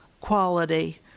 quality